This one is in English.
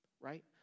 right